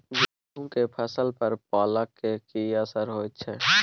गेहूं के फसल पर पाला के की असर होयत छै?